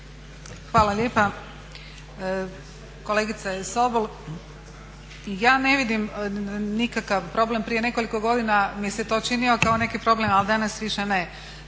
Hvala lijepa. Kolegice Sobol ja ne vidim nikakav problem, prije nekoliko godina mi se to činio kao neki problem, ali danas više ne,